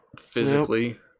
physically